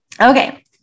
Okay